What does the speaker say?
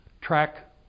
track